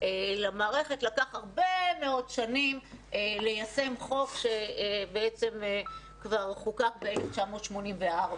למערכת לקח הרבה מאוד שנים ליישם חוק שכבר חוקק ב-1984.